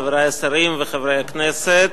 חברי השרים וחברי הכנסת,